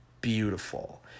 Beautiful